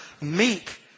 meek